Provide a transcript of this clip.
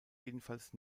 jedenfalls